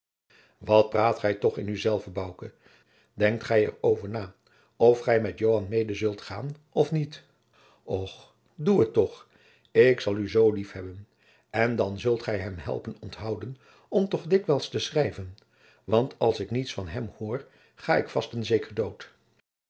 wat praat gij toch in uzelven bouke denkt jacob van lennep de pleegzoon gij er over na of gij met joan mede zult gaan of niet och doe het toch ik zal u zoo liefhebben en dan kunt gij hem helpen onthouden om toch dikwijls te schrijven want als ik niets van hem hoor ga ik vast en zeker dood